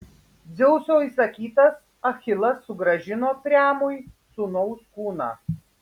dzeuso įsakytas achilas sugrąžino priamui sūnaus kūną